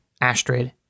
Astrid